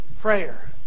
prayer